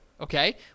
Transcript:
okay